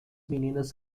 meninas